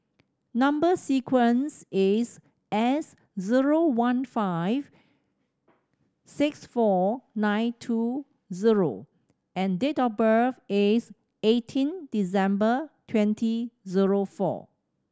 number sequence is S zero one five six four nine two zero and date of birth is eighteen December twenty zero four